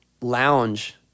lounge